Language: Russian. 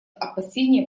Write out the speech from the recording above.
опасения